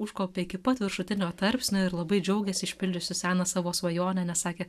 užkopė iki pat viršutinio tarpsnio ir labai džiaugėsi išpildžiusi seną savo svajonę nes sakė